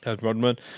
Rodman